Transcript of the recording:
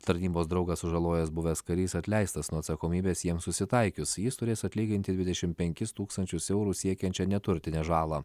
tarnybos draugą sužalojęs buvęs karys atleistas nuo atsakomybės jiems susitaikius jis turės atlyginti dvidešim penkis tūkstančius eurų siekiančią neturtinę žalą